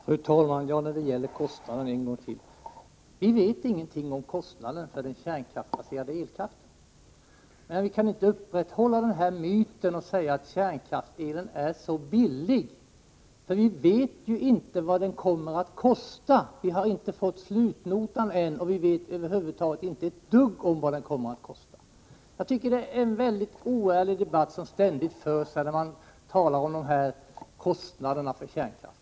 Fru talman! Jag upprepar än en gång: Vi vet ingenting om kostnaden för den kärnkraftsbaserade elkraften. Vi kan inte upprätthålla myten och säga att kärnkraftselen är så billig, för vi vet ju inte vad den kommer att kosta. Vi har ännu inte fått slutnotan, och vi vet över huvud taget inte ett dugg om vad den elen kommer att kosta. Jag tycker att det är en väldigt oärlig debatt som ständigt förs om kostnaderna för kärnkraften.